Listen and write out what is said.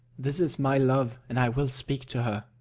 this is my love, and i will speak to her.